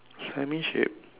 semi shape